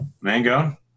Mango